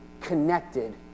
connected